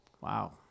Wow